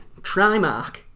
Trimark